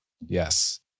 Yes